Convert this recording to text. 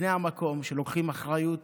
בני המקום לוקחים אחריות